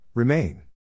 Remain